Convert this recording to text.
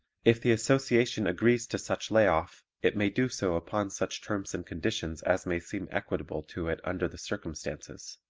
if the association agrees to such lay off it may do so upon such terms and conditions as may seem equitable to it under the circumstances.